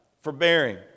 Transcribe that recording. Forbearing